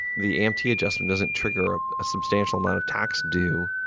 the empty adjustment doesn't trigger a substantial amount of tax due.